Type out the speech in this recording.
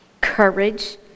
courage